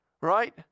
right